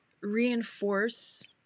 reinforce